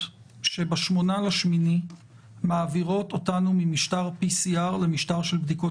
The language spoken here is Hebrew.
אלה דברים שגובשו כבר בוועדות הקודמות ונכנסו לשגרת